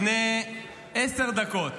לפני עשר דקות